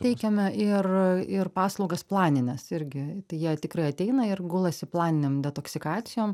teikiame ir a ir paslaugas planines irgi tai jie tikrai ateina ir gulasi planinėm detoksikacijom